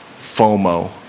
FOMO